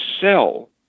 sell